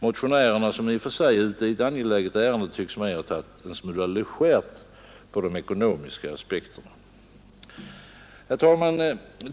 Motionärerna, som i och för sig är ute i ett angeläget ärende, tycks mig ha tagit en smula legärt på de ekonomiska aspekterna. Herr talman!